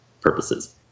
purposes